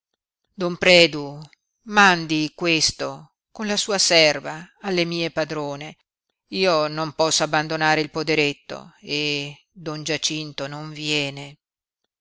don predu mandi questo con la sua serva alle mie padrone io non posso abbandonare il poderetto e don giacinto non viene